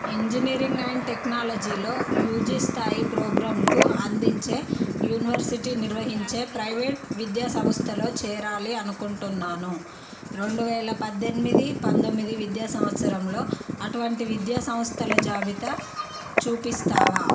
engineering and టెక్నాలజీలో UG స్థాయి ప్రోగ్రాంలు అందించే యూనివర్సిటీ నిర్వహించే ప్రైవేట్ విద్యా సంస్థలో చేరాలి అనుకుంటున్నాను రెండు వేల పద్దెనిమిది పంతొమ్మిది విద్యా సంవత్సరంలో అటువంటి విద్యా సంస్థల జాబితా చూపిస్తావా